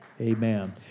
Amen